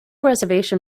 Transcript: reservation